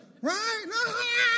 right